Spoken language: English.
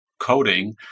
coding